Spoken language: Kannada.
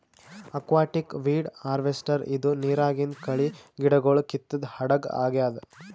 ಅಕ್ವಾಟಿಕ್ ವೀಡ್ ಹಾರ್ವೆಸ್ಟರ್ ಇದು ನಿರಾಗಿಂದ್ ಕಳಿ ಗಿಡಗೊಳ್ ಕಿತ್ತದ್ ಹಡಗ್ ಆಗ್ಯಾದ್